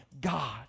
God